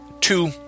two